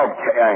Okay